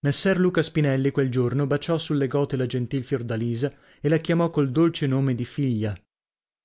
messer luca spinelli quel giorno baciò sulle gote la gentil fiordalisa e la chiamò col dolce nome di figlia